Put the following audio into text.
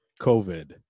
COVID